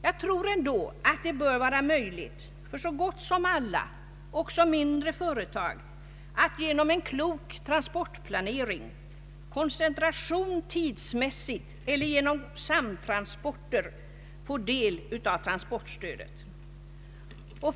Jag tror ändå att det bör vara möjligt för så gott som alla, också mindre företag, att genom en klok transportplanering, koncentration tidsmässigt eller genom samtransporter få del av transportstödet.